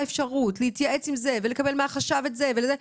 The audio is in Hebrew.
אפשרות להתייעץ עם זה ועם זה ולקבל מהחשב את זה ואת זה,